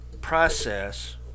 process